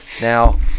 Now